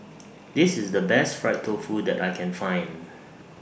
This IS The Best Fried Tofu that I Can Find